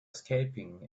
escaping